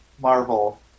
Marvel